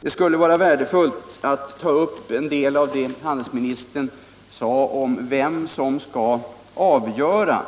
Det skulle vara värdefullt att ta upp en del av det som handelsministern sade om vem som skall avgöra